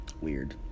weird